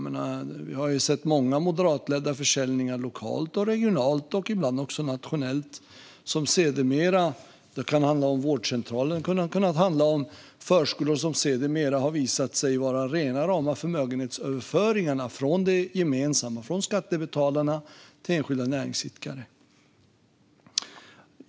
Det har gjorts många moderatledda försäljningar lokalt, regionalt och ibland också nationellt - till exempel av vårdcentraler och förskolor - som sedermera har visat sig vara rena rama förmögenhetsöverföringarna från det gemensamma, från skattebetalarna, till enskilda näringsidkare.